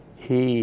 he